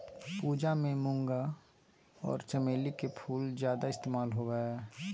पूजा ले मूंगा आर चमेली के फूल के ज्यादे इस्तमाल होबय हय